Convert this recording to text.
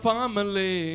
Family